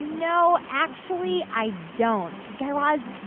no. actually, i don't. guy raz,